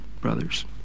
brothers